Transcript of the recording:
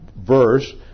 verse